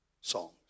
songs